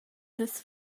las